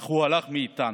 אך הוא הלך מאיתנו.